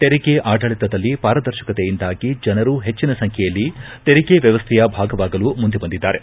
ತೆರಿಗೆ ಆಡಳಿತದಲ್ಲಿ ಪಾರದರ್ಶಕತೆಯಿಂದಾಗಿ ಜನರು ಪೆಜ್ಜಿನ ಸಂಖ್ಯೆಯಲ್ಲಿ ತೆರಿಗೆ ವ್ಯವಸ್ಥೆಯ ಭಾಗವಾಗಲು ಮುಂದೆ ಬಂದಿದ್ದಾರೆ